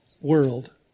world